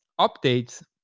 updates